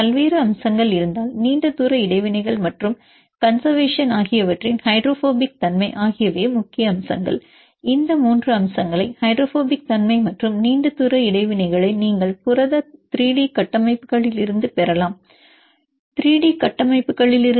பல்வேறு அம்சங்கள் இருந்தால் நீண்ட தூர இடைவினைகள் மற்றும் கன்செர்வேசன் ஆகியவற்றின் ஹைட்ரோபோபிக் தன்மை ஆகியவையே முக்கிய அம்சங்கள் இந்த 3 அம்சங்களை ஹைட்ரோபோபிக் தன்மை மற்றும் நீண்ட தூர இடைவினைகள் நீங்கள் புரத 3D கட்டமைப்புகளிலிருந்து பெறலாம் 3D கட்டமைப்புகளிலிருந்து